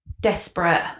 desperate